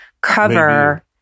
cover